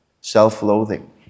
self-loathing